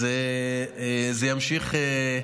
אז זה ימשיך.